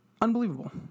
Unbelievable